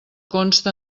consta